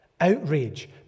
Outrage